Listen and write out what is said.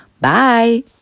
Bye